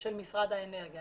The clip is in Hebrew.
של משרד האנרגיה.